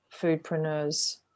foodpreneurs